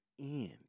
end